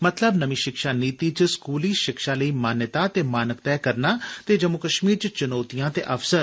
मतलब नमीं शिक्षा नीति च स्कूली शिक्षा लेई मान्यता ते मानक तैह करना ते जम्मू कश्मीर च चुनोतियां ते अवसर